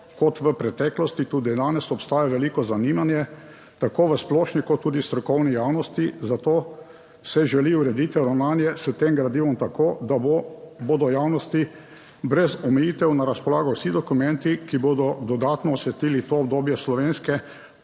kot v preteklosti tudi danes obstaja veliko zanimanje tako v splošni kot tudi strokovni javnosti. Zato se želi urediti ravnanje s tem gradivom tako, da bodo javnosti brez omejitev na razpolago vsi dokumenti, ki bodo dodatno osvetlili to obdobje slovenske